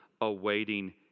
awaiting